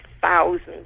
thousands